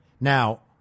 Now